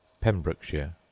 Pembrokeshire